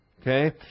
Okay